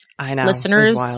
listeners